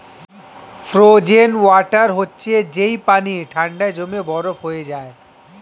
frozen water হচ্ছে যেই পানি ঠান্ডায় জমে বরফ হয়ে যায়